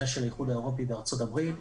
זה של האיחוד האירופי וארצות הברית.